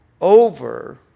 over